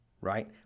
right